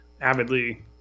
avidly